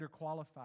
underqualified